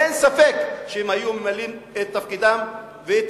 אין ספק שהן היו ממלאות את תפקידן ואת